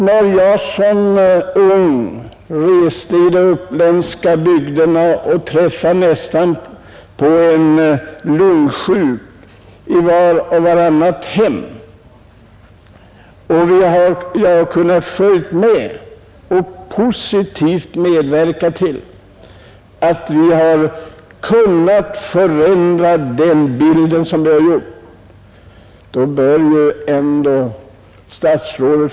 När jag som ung reste i de uppländska bygderna träffade jag på en lungsjuk i vart och vartannat hem. Jag har positivt kunnat medverka till att den bilden har förändrats.